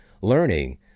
learning